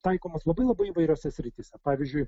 taikomas labai labai įvairiose srityse pavyzdžiui